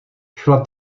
šla